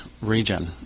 region